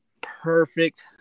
perfect